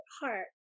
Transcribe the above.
heart